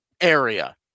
area